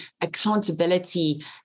accountability